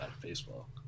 baseball